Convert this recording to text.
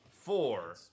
four